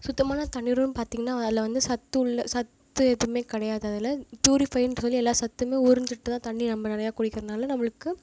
சுத்தமான தண்ணீருன்னு பார்த்திங்கன்னா அதில் வந்து சத்து உள்ள சத்து எதுவுமே கிடையாது அதில் ப்யூரிஃபைனு சொல்லி எல்லா சத்துமே உறிஞ்சுட்டுதான் தண்ணி நம்ம நிறைய குடிக்கிறதுனால நம்மளுக்கு